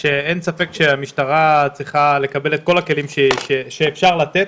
אין ספק שהמשטרה צריכה לקבל את כל הכלים שאפשר לתת,